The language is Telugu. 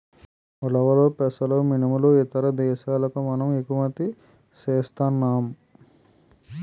ఉలవలు పెసలు మినుములు ఇతర దేశాలకు మనము ఎగుమతి సేస్తన్నాం